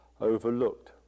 overlooked